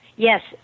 Yes